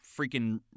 freaking